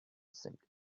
seemed